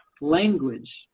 language